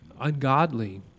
ungodly